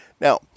Now